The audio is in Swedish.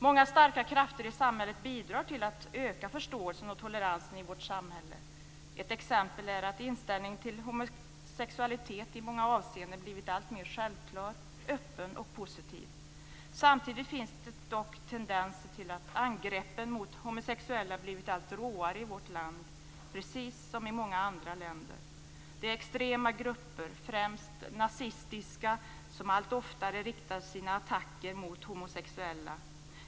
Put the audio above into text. Många starka krafter bidrar till att öka förståelsen och toleransen i vårt samhälle. Ett exempel är att inställningen till homosexualitet i många avseenden blivit alltmer självklar, öppen och positiv. Samtidigt finns det dock tendenser till att angreppen mot homosexuella blivit allt råare i vårt land, precis som i många andra länder. Det är extrema grupper - främst nazistiska - som allt oftare riktar sina attacker mot homosexuella.